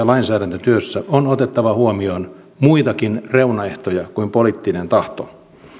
lainsäädäntötyössä on otettava huomioon muitakin reunaehtoja kuin poliittinen tahto